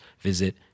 visit